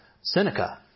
Seneca